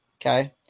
okay